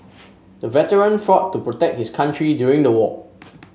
the veteran fought to protect his country during the war